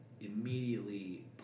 immediately